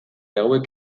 hauek